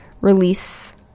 release